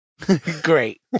Great